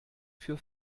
für